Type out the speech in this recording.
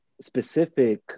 specific